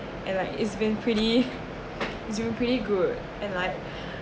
and like it's been pretty groupy good and like